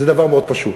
זה דבר מאוד פשוט.